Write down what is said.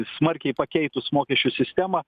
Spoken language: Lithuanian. smarkiai pakeitus mokesčių sistemą